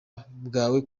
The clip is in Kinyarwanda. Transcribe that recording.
bwawe